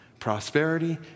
Prosperity